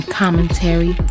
commentary